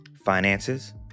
Finances